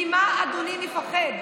ממה אדוני מפחד?